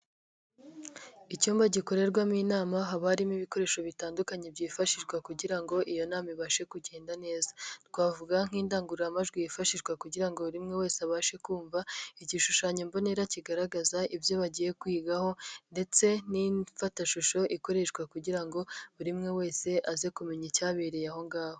Icyumba gikorerwamo inama, haba harimo ibikoresho bitandukanye byifashishwa kugira ngo iyo nama ibashe kugenda neza, twavuga: nk'indangururamajwi yifashishwa kugira ngo buri muntu wese abashe kumva, igishushanyo mbonera kigaragaza ibyo bagiye kwigaho ndetse n'imfatashusho ikoreshwa kugira ngo buri umwe wese aze kumenya icyabereye aho ngaho.